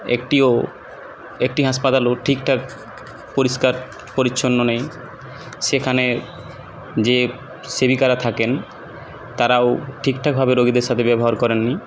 একটিও একটি হাসপাতালও ঠিকঠাক পরিষ্কার পরিচ্ছন্ন নেই সেখানে যে সেবিকারা থাকেন তারাও ঠিকঠাকভাবে রোগীদের সাথে ব্যবহার করেননি